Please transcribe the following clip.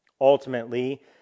Ultimately